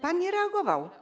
Pan nie reagował.